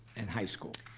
and high school.